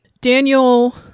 Daniel